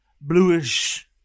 bluish